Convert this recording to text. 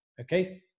Okay